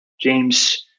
James